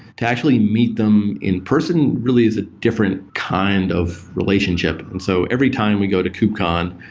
to actually meet them in person really is a different kind of relationship. and so every time we go to kubecon,